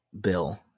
bill